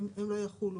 שהן לא יחולו.